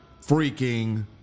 freaking